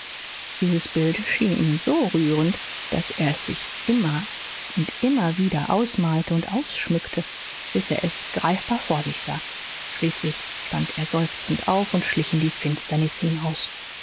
dieses bild schien ihm so rührend daß er es sich immer und immer wieder ausmalte und ausschmückte bis er es greifbar vor sich sah schließlich stand er seufzend auf und schlich in die finsternis hinaus